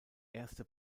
erste